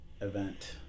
event